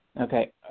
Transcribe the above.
Okay